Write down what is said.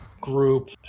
group